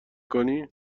کنی